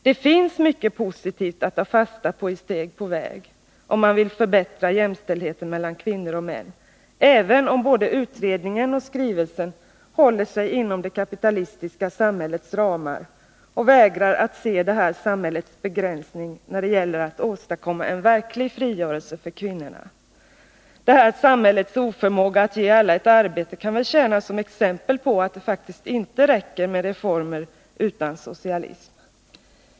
Det finns mycket positivt att ta fasta på i Steg på väg, om man vill förbättra jämställdheten mellan kvinnor och män, även om både utredningen och skrivelsen håller sig inom det kapitalistiska samhällets ramar och vägrar att se det här samhällets begränsningar när det gäller att åstadkomma en verklig frigörelse för kvinnorna. Det här samhällets oförmåga att ge alla ett arbete kan väl tjäna som exempel på att det faktiskt inte räcker med reformer utan socialism.